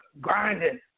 grinding